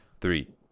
Three